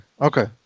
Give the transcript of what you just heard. okay